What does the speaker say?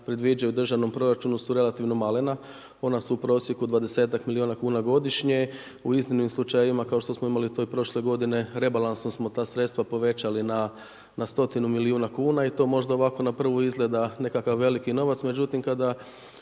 predviđaju u državnom proračunu su relativno malena, ona su u prosjeku 20ak milijuna kuna godišnje, u iznimnim slučajevima kao što smo imali to i prošle godine rebalansom smo ta sredstva povećali na stotinu milijuna kuna i to možda ovako na prvu izgleda nekakav veliki novac, međutim kada